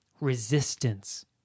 resistance